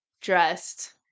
dressed